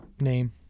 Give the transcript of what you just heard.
name